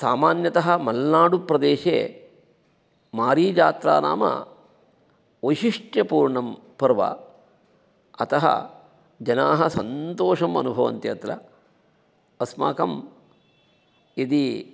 सामान्यतः मल्नाडुप्रदेशे मारीजात्रा नाम वैशिष्ट्यपूर्णं पर्व अतः जनाः सन्तोषमनुभवन्ति अत्र अस्माकं यदि